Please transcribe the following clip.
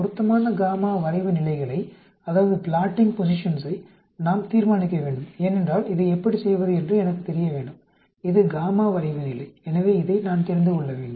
பொருத்தமான y வரைவு நிலைகளை நாம் தீர்மானிக்க வேண்டும் ஏனென்றால் இதை எப்படி செய்வது என்று எனக்குத் தெரிய வேண்டும் இது y வரைவு நிலை எனவே இதை நான் தெரிந்து கொள்ள வேண்டும்